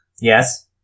Yes